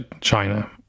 China